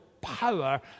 power